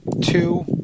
two